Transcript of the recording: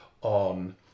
on